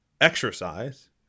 exercise